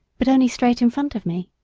but only straight in front of me